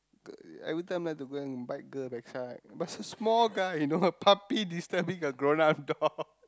every time like to go and bite girl backside but it's a small guy you know a puppy disturbing a grown up dog